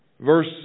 Verse